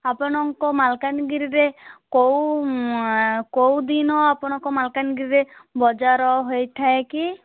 ଆପଣଙ୍କ ମାଲକାନଗିରିରେ କେଉଁ କେଉଁ ଦିନ ଆପଣଙ୍କ ମାଲକାନଗିରିରେ ବଜାର ହୋଇଥାଏ କି